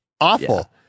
Awful